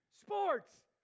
Sports